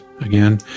again